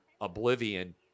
oblivion